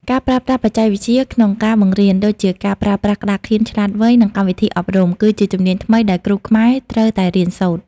ការប្រើប្រាស់បច្ចេកវិទ្យាក្នុងការបង្រៀន ដូចជាការប្រើប្រាស់ក្តារខៀនឆ្លាតវៃ និងកម្មវិធីអប់រំ គឺជាជំនាញថ្មីដែលគ្រូខ្មែរត្រូវតែរៀនសូត្រ។